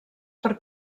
per